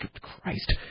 Christ